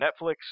Netflix